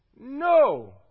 no